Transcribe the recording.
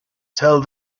tell